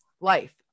life